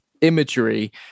imagery